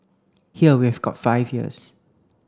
here we've got five years